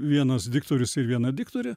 vienas diktorius ir viena diktorė